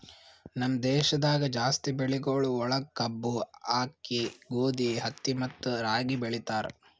ನಮ್ ದೇಶದಾಗ್ ಜಾಸ್ತಿ ಬೆಳಿಗೊಳ್ ಒಳಗ್ ಕಬ್ಬು, ಆಕ್ಕಿ, ಗೋದಿ, ಹತ್ತಿ ಮತ್ತ ರಾಗಿ ಬೆಳಿತಾರ್